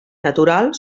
natural